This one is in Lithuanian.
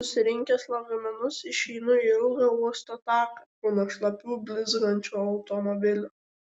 susirinkęs lagaminus išeinu į ilgą uosto taką pilną šlapių blizgančių automobilių